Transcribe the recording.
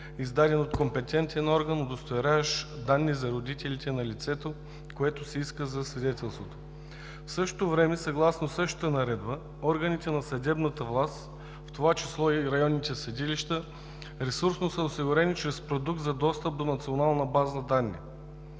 издадено от компетентен орган, удостоверяващ данни за родителите на лицето, което се иска за свидетелството. В същото време, съгласно същата Наредба, органите на съдебната власт, в това число и районните съдилища ресурсно са осигурени, чрез продукт за достъп до национална база данни.